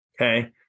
Okay